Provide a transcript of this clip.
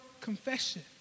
confession